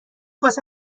واسه